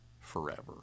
forever